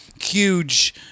huge